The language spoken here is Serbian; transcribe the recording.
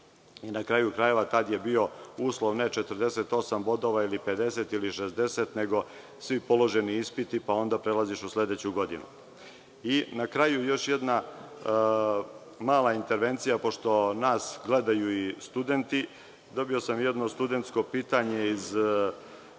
Na kraju krajeva, tada je bio uslov ne 48 ili 50 bodova ili 60, nego svi položeni ispiti pa onda se prelazi u sledeću godinu. Još jedna mala intervencija, pošto nas gledaju i studenti, dobio sam jedno studentsko pitanje iz